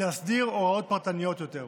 להסדיר הוראות פרטניות יותר.